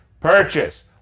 purchase